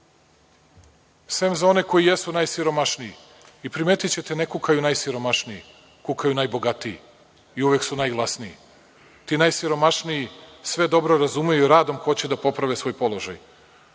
sem za one koji jesu najsiromašniji. Primetiće te ne kukaju najsiromašniji, kukaju najbogatiji u uvek su najglasniji. Ti najsiromašniji sve dobro razumeju i radom hoće da poprave svoj položaj. Da